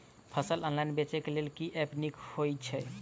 फसल ऑनलाइन बेचै केँ लेल केँ ऐप नीक होइ छै?